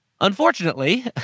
Unfortunately